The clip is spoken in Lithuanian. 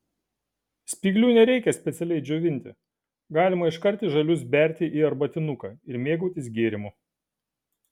spyglių nereikia specialiai džiovinti galima iškart žalius berti į arbatinuką ir mėgautis gėrimu